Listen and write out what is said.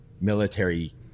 military